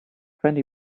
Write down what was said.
twenty